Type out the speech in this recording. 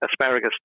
asparagus